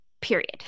Period